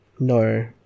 No